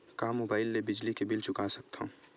का मुबाइल ले बिजली के बिल चुका सकथव?